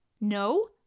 No